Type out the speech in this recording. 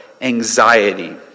anxiety